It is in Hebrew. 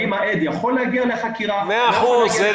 האם העד יכול להגיע לחקירה --- מאה אחוז.